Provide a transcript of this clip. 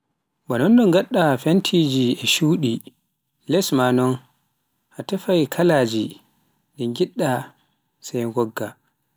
ba nonno ngaɗɗa fentiji e shudi les ma non, a tefai kalaaji ɗi ngidda, sai ngogga,